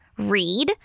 Read